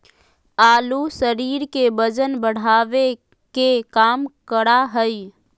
आलू शरीर के वजन बढ़ावे के काम करा हइ